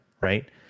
right